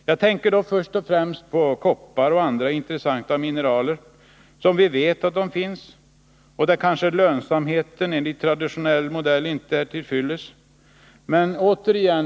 Jag tänker först och främst på koppar och andra intressanta mineral som vi vet finns, men där kanske lönsamheten enligt traditionell modell inte är till fyllest.